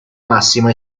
massima